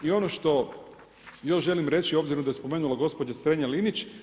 I ono što još želim reći obzirom da je spomenula gospođa Strenja Linić.